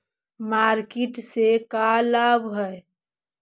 Market से का लाभ है?